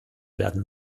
werden